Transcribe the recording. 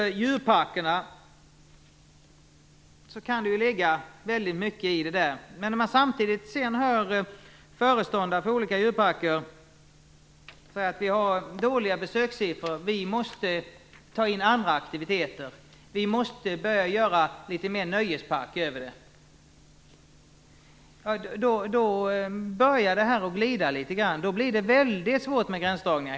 Det kan ligga väldigt mycket i det som sagts om djurparkerna. Men samtidigt hör man föreståndare för djurparker säga att de har dåliga besökssiffror, att de måste ta in andra aktiviteter och börja att göra mer nöjespark av det. Då börjar det att glida litet grand. Helt plötsligt blir väldigt svårt med gränsdragningar.